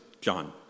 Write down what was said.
John